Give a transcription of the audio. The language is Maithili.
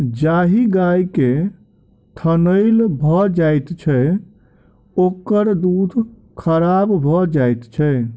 जाहि गाय के थनैल भ जाइत छै, ओकर दूध खराब भ जाइत छै